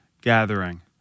gathering